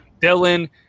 Dylan